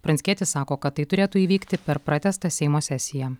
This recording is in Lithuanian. pranckietis sako kad tai turėtų įvykti per pratęstą seimo sesiją